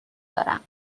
دارم